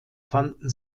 fanden